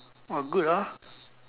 !wah! good ah